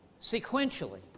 sequentially